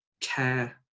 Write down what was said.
care